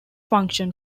function